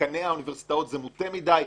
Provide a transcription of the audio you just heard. שדיקני האוניברסיטאות זה מוטה מדי,